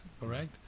correct